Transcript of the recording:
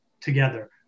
together